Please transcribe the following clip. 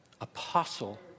apostle